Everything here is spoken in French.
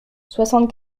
soixante